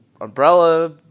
Umbrella